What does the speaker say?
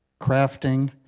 crafting